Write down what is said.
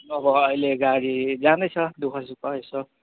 अब अहिले गाडी जाँदैछ दु ख सुख यसो